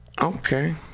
Okay